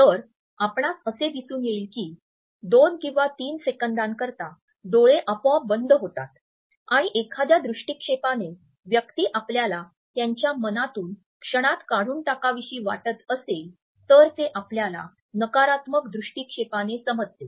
तर आपणास असे दिसून येईल की दोन किंवा तीन सेकंदांकरिता डोळे आपोआप बंद होतात आणि एखाद्या दृष्टीक्षेपाने व्यक्ती आपल्याला त्याच्या मनातून क्षणात काढून टाकावीशी वाटत असेल तर ते आपल्याला नकारात्मक दृष्टीक्षेपाने समजते